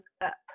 up